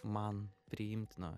man priimtino